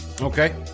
Okay